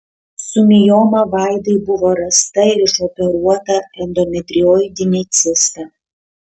su mioma vaidai buvo rasta ir išoperuota endometrioidinė cista